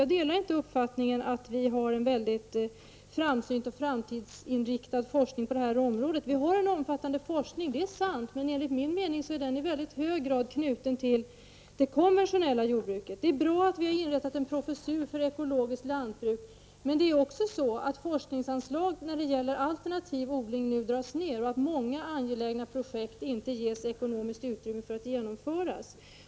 Jag delar inte uppfattningen att vi har en mycket framsynt och framtidsinriktad forskning på det här området. Vi har en omfattande forskning, det är sant. Men enligt min mening är den i mycket hög grad knuten till det konventionella jordbruket. Det är bra att vi har inrättat en professur för ekologiskt lantbruk, men forskningsanslagen när det gäller alternativ odling dras ned nu och många angelägna projekt ges inte ekonomiskt utrymme för att genomföras.